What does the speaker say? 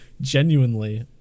genuinely